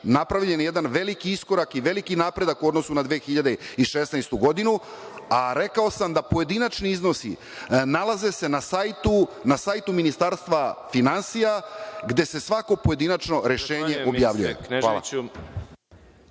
napravljen je jedan veliki iskorak i veliki napredak u odnosu na 2016. godinu, a rekao sam da pojedinačni iznosi nalaze se na sajtu Ministarstva finansija, gde se svako pojedinačno rešenje objavljuje. Hvala.